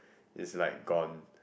is like gone